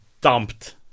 dumped